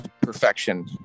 perfection